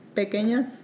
pequeñas